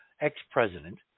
ex-president